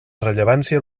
rellevància